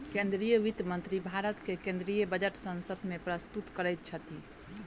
केंद्रीय वित्त मंत्री भारत के केंद्रीय बजट संसद में प्रस्तुत करैत छथि